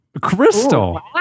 Crystal